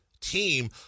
team